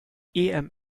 ems